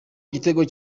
igitego